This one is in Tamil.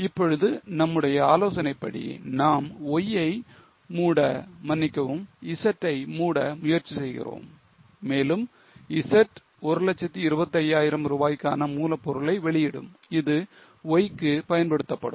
இப்பொழுது நம்முடைய ஆலோசனைப்படி நாம் Y ஐ மூட மன்னிக்கவும் Z ஐ மூட முயற்சி செய்கிறோம் மேலும் Z 125000 ரூபாய்க்கான மூலப்பொருட்களை வெளியிடும் இது Y க்கு பயன்படுத்தப்படும்